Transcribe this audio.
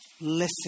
Listen